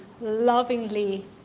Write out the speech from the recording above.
lovingly